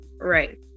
right